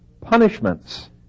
punishments